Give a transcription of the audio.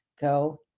go